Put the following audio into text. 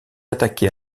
attaqué